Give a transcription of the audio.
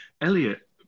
Elliot